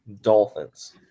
Dolphins